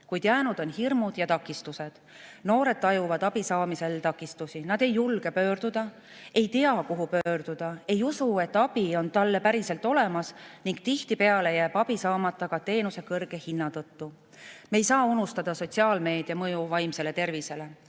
kuid jäänud on hirmud ja takistused. Noored tajuvad abi saamisel takistusi, nad ei julge pöörduda, ei tea kuhu pöörduda, ei usu, et abi on päriselt olemas, ning tihtipeale jääb abi saamata ka teenuse kõrge hinna tõttu.Me ei saa unustada sotsiaalmeedia mõju vaimsele tervisele.